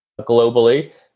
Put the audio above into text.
globally